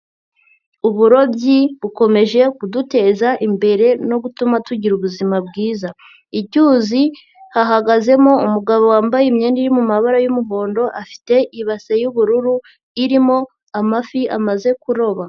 Uburobyi bukomeje kuduteza imbere no gutuma tugira ubuzima bwiza, icyuzi hahagazemo umugabo wambaye imyenda iri mumabara y'umuhondo, afite ibase y'ubururu irimo amafi amaze kuroba.